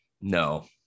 No